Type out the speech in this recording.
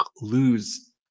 lose